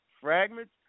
Fragments